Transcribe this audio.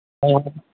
ᱦᱮᱸ